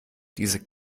diese